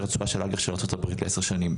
התשואה של האג"ח של ארצות הברית לעשר שנים,